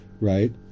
Right